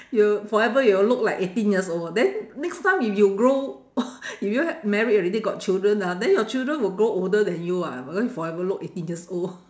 you forever you will look like eighteen years old then next time if you grow if you married already got children ah then your children will grow older than you ah because you forever look eighteen years old